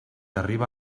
arriba